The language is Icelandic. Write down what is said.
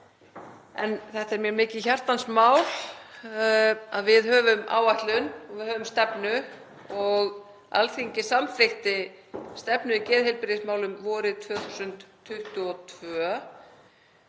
Það er mér mikið hjartans mál að við höfum áætlun og að við höfum stefnu. Alþingi samþykkti stefnu í geðheilbrigðismálum vorið 2022